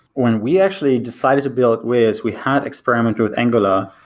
when we actually decided to build wiz, we had experimented with angular,